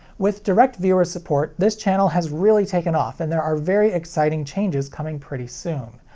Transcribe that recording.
with direct viewer support, this channel has really taken off and there are very exciting changes coming pretty soon.